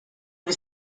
was